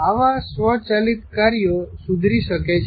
આવા સ્વચાલિત કાર્યો સુધરી શકે છે